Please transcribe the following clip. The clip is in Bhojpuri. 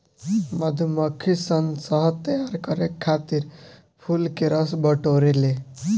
मधुमक्खी सन शहद तैयार करे खातिर फूल के रस बटोरे ले